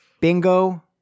Bingo